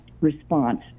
response